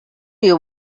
you